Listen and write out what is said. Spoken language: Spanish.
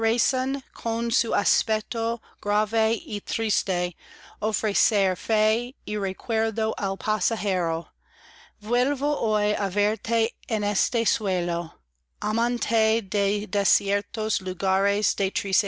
vuelvo hoy á verte en este suelo amante de desiertos